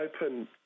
open